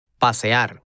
Pasear